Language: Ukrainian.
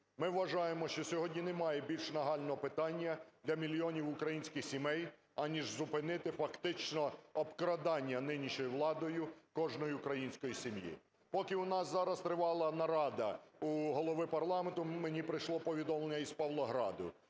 Ми вважаємо, що сьогодні немає більш нагального питання для мільйонів українських сімей, аніж зупинити фактично обкрадання нинішньою владою кожної української сім'ї. Поки у нас зараз тривала нарада уголови парламенту, мені прийшло повідомлення з Павлограду.